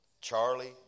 Charlie